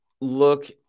look